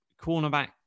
cornerback